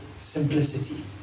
simplicity